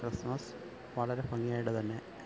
Christmas വളരെ ഭംഗിയായിട്ടുതന്നെ